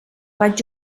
vaig